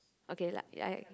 okay lah i